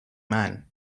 man